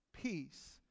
peace